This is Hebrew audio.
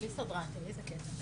בבקשה.